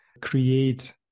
create